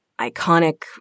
iconic